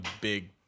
big